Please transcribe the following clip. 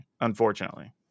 unfortunately